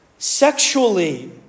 Sexually